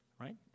right